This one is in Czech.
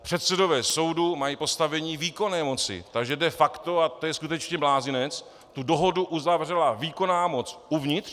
Předsedové soudů mají postavení výkonné moci, takže de facto, a to je skutečně blázinec, tu dohodu uzavřela výkonná moc uvnitř.